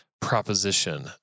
proposition